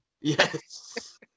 Yes